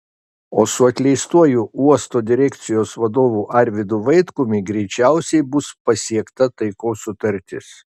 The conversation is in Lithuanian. o su atleistuoju uosto direkcijos vadovu arvydu vaitkumi greičiausiai bus pasiekta taikos sutartis